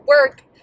work